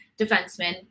defenseman